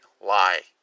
lie